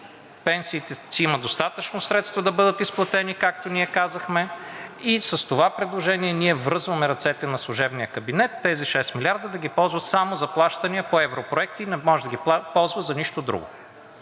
Пенсиите си имат достатъчно средства да бъдат изплатени, както ние казахме. С това предложение ние връзваме ръцете на служебния кабинет тези 6 милиарда да ги ползват само за плащания по европроекти. Не може да ги ползва за нищо друго.